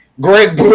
Greg